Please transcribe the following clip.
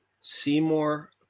Seymour